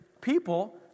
people